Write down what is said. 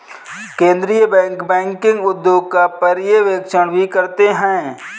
केन्द्रीय bank banking उद्योग का पर्यवेक्षण भी करते हैं